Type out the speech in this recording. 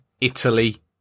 Italy